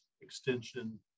extension